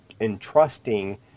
entrusting